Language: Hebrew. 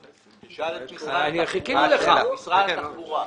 תשאל את משרד התחבורה.